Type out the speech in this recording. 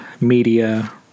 media